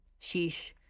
Sheesh